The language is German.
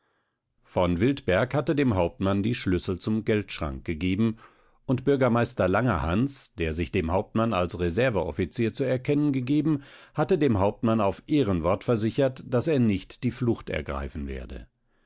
v wiltberg hatte dem hauptmann die schlüssel zum geldschrank gegeben und bürgermeister langerhans der sich dem hauptmann als reserveoffizier zu erkennen gegeben hatte dem hauptmann auf ehrenwort versichert daß er nicht die flucht ergreifen werde